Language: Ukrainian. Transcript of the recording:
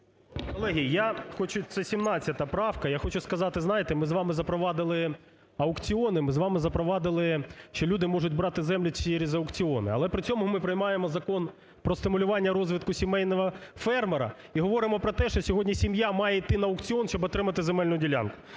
Колеги, це 17 правка, я хочу сказати, знаєте, ми з вами запровадили аукціони, ми з вами запровадили, що люди можуть брати землі через аукціони. Але при цьому ми приймаємо Закон про стимулювання розвитку сімейного фермера і говоримо про те, що сьогодні сім'я має йти на аукціон, щоб отримати земельну ділянку.